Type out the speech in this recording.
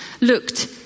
looked